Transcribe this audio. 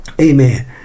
Amen